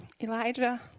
Elijah